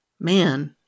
man